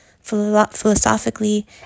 philosophically